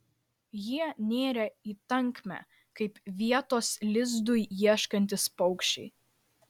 jie nėrė į tankmę kaip vietos lizdui ieškantys paukščiai